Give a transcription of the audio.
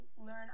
learn